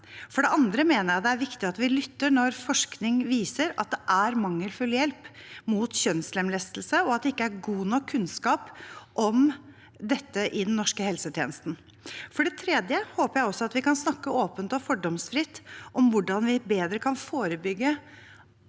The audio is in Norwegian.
For det andre mener jeg det er viktig at vi lytter når forskning viser at det er mangelfull hjelp mot kjønnslemlestelse, og at det ikke er god nok kunnskap om dette i den norske helsetjenesten. For det tredje håper jeg også at vi kan snakke åpent og fordomsfritt om hvordan vi bedre kan forebygge